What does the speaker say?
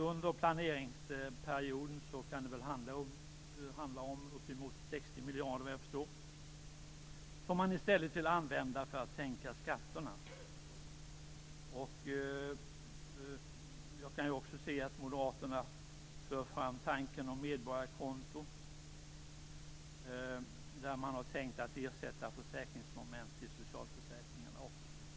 Under planeringsperioden kan det handla om uppemot 60 miljarder, såvitt jag förstår, som man i stället vill använda för att sänka skatterna. Jag kan också se att Moderaterna för fram tanken om medborgarkonto. Man har tänkt ersätta försäkringsmomentet i socialförsäkringen.